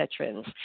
veterans